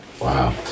Wow